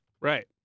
Right